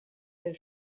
der